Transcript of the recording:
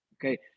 okay